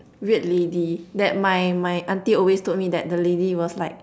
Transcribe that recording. weird lady that my my auntie always told me that the lady was like